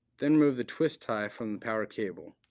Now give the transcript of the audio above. then remove the twist tie from the power cable.